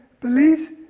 beliefs